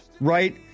right